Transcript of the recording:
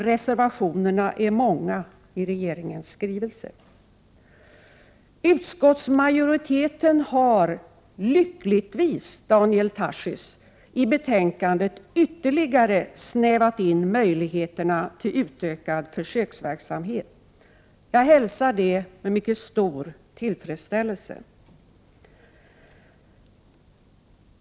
Reservationerna är många i regeringens skrivelse.” Utskottsmajoriteten har — lyckligtvis, Daniel Tarschys — i betänkandet ytterligare snävat in möjligheterna till utökad försöksverksamhet. Jag hälsar det med mycket stor tillfredsställelse.